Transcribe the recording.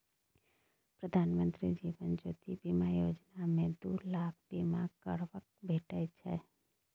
प्रधानमंत्री जीबन ज्योती बीमा योजना मे दु लाखक बीमा कबर भेटै छै